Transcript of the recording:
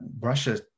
Russia